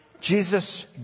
Jesus